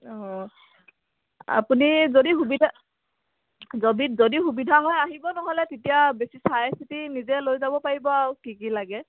অঁ আপুনি যদি সুবিধা যদি যদি সুবিধা হয় আহিব নহ'লে তেতিয়া বেছি চাই চিতি নিজে লৈ যাব পাৰিব আৰু কি কি লাগে